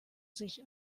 sich